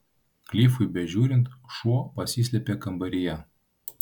klifui bežiūrint šuo pasislėpė kambaryje